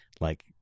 like-